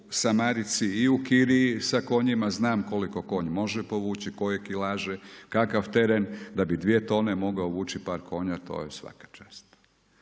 samarici i u kiriji sa konjima. Znam koliko konj može povući, koje kilaže, kakav teren da bi dvije tone mogao vući par konja to je svaka čast.